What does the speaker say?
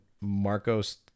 Marcos